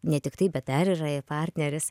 ne tiktai bet dar yra ir partneris